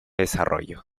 desarrollo